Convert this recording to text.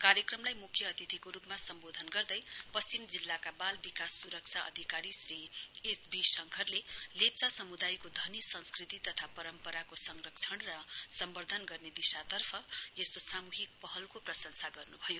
कार्यक्रमलाई मुख्य अतिथिको रुपमा सम्बोधन गर्दै पश्चिम जिल्लाका बाल विकास सुरक्षा अधिकारी श्री एच बी शङ्खरले लेप्चा समुदायको धनी संस्कृति तथा परम्पराको संरक्षण र सम्वध्दन गर्ने दिशातर्फ यस्तो सामूहिक पहलको प्रशंसा गर्नुभयो